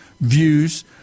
views